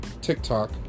tiktok